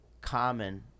common